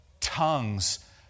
tongues